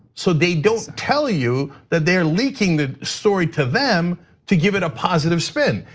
so they don't tell you that they're leaking the story to them to give it a positive spin.